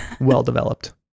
Well-developed